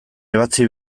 ebatzi